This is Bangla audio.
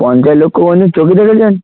পঞ্চাশ লক্ষ কোনো দিন চোখে দেখেছেন